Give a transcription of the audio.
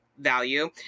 value